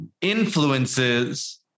influences